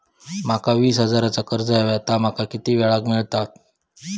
माका वीस हजार चा कर्ज हव्या ता माका किती वेळा क मिळात?